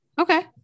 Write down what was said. okay